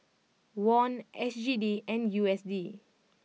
Won S G D and U S D